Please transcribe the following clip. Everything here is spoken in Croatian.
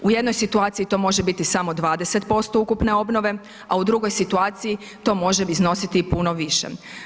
U jednoj situaciji to može biti samo 20% ukupne obnove, a u drugoj situaciji to može iznositi i puno više.